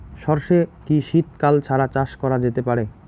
সর্ষে কি শীত কাল ছাড়া চাষ করা যেতে পারে?